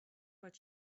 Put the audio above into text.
what